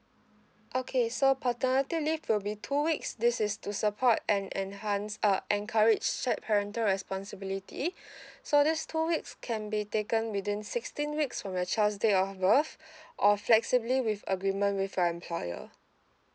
okay so paternity leave will be two weeks this is to support and enhance uh encourage shared parental responsibility so these two weeks can be taken within sixteen weeks from your child's date of birth or flexibly with agreement with your employer